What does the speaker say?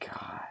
god